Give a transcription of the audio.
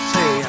Say